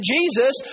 Jesus